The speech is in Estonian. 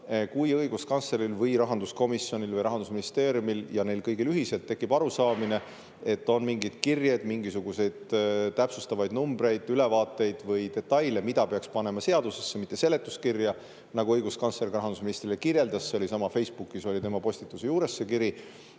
kui õiguskantsleril, rahanduskomisjonil või Rahandusministeeriumil või neil kõigil ühiselt tekib arusaamine, et on mingeid kirjeid, mingisuguseid täpsustavaid numbreid, ülevaateid või detaile, mida peaks panema seadusesse, mitte seletuskirja, nagu õiguskantsler ka rahandusministrile kirjeldas – ka Facebookis tema postituse juures oli see kiri